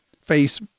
face